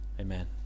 Amen